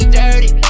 dirty